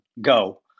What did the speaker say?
go